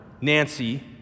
Nancy